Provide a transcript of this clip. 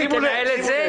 בבקשה תנהל את הישיבה